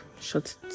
shut